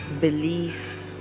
belief